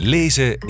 Lezen